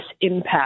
impact